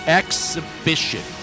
exhibition